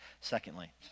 Secondly